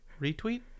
Retweet